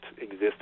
exist